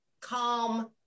calm